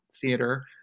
theater